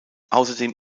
außerdem